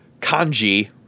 kanji